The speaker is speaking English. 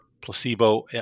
placebo